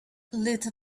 little